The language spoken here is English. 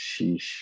sheesh